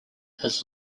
his